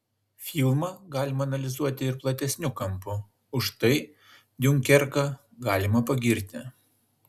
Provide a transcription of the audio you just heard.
filmą galima analizuoti ir platesniu kampu už tai diunkerką galima pagirti